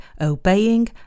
obeying